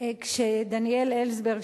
כשדניאל אלסברג,